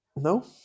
No